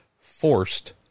forced